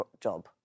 job